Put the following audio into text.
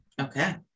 Okay